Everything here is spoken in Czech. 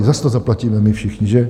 Zas to zaplatíme my všichni, že?